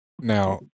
Now